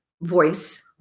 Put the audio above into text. voice